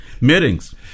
meetings